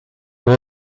nur